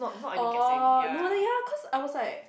orh no lah ya lah cause I was like